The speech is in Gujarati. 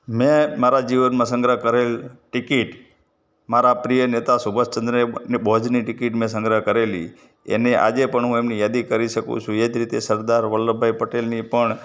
મેં મારા જીવનમાં સંગ્રહ કરેલ ટિકીટ મારા પ્રિય નેતા સુભાષચંદ્ર એ બોઝની ટિકીટ મેં સંગ્રહ કરેલી એ મેં આજે પણ હું એમની યાદી કરી શકું છું એજ રીતે સરદાર વલ્લભભાઈ પટેલની પણ